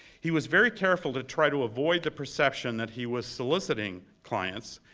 he was very careful to try to avoid the perception that he was soliciting clients,